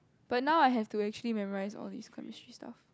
but now I have to actually memorize all these Chemistry stuff